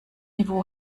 niveau